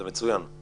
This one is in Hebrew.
זה מצוין.